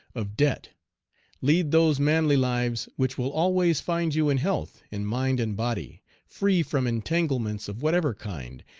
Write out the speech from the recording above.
of debt lead those manly lives which will always find you in health in mind and body, free from entanglements of whatever kind,